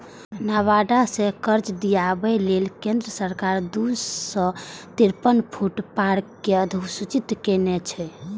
नाबार्ड सं कर्ज दियाबै लेल केंद्र सरकार दू सय तिरेपन फूड पार्क कें अधुसूचित केने छै